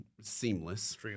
seamless